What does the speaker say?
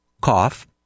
cough